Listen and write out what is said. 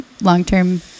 long-term